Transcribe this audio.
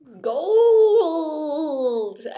gold